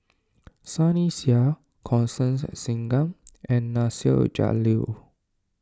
Sunny Sia Constance Singam and Nasir Jalil